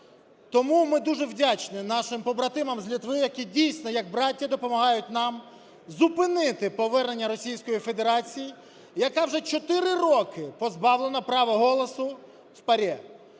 Тому ми дуже вдячні нашим побратимам з Литви, які дійсно, як браття, допомагають нам зупинити повернення Російської Федерації, яка вже чотири роки позбавлена права голосу в ПАРЄ.